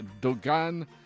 Dogan